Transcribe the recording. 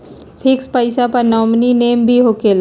Fix पईसा पर nominee name भी होकेला?